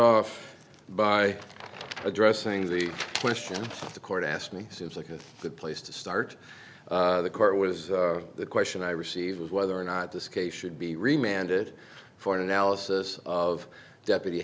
off by addressing the question the court asked me seems like a good place to start the court was the question i received was whether or not this case should be reminded for an analysis of deputy